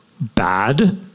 bad